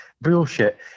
bullshit